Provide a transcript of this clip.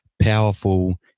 powerful